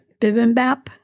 Bibimbap